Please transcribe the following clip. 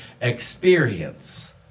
experience